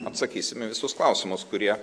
atsakysim į visus klausimus kurie